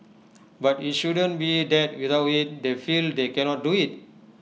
but IT shouldn't be that without IT they feel they cannot do IT